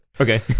Okay